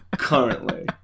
Currently